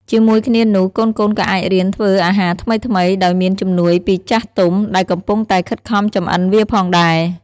ជាមួយគ្នានោះ កូនៗក៏អាចរៀនធ្វើអាហារថ្មីៗដោយមានជំនួយពីចាស់ទុំ ដែលកំពុងតែខិតខំចម្អិនវាផងដែរ ។